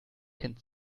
kind